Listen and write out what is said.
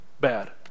bad